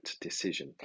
decision